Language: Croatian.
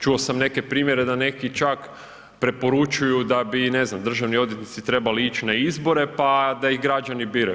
Čuo sam neke primjere da neki čak preporučuju da bi, ne znam, državni odvjetnici trebali ići na izbore pa da ih građani biraju.